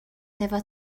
hefo